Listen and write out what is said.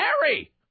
Harry